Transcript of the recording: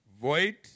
void